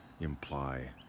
imply